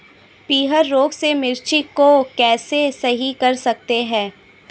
पीहर रोग से मिर्ची को कैसे सही कर सकते हैं?